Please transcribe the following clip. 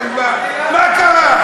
מה קרה?